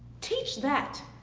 teach that.